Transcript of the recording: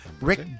Rick